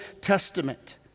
Testament